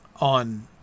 on